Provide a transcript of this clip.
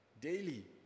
Daily